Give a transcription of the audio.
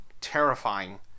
terrifying